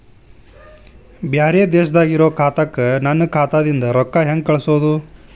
ಬ್ಯಾರೆ ದೇಶದಾಗ ಇರೋ ಖಾತಾಕ್ಕ ನನ್ನ ಖಾತಾದಿಂದ ರೊಕ್ಕ ಹೆಂಗ್ ಕಳಸೋದು?